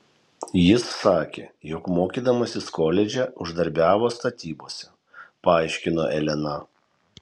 jis sakė jog mokydamasis koledže uždarbiavo statybose paaiškino elena